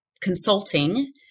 consulting